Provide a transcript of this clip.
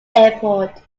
airport